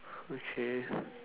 okay